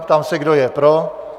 Ptám se, kdo je pro.